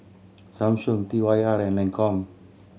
Samsung T Y R and Lancome